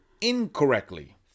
incorrectly